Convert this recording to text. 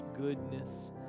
goodness